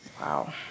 Wow